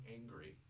angry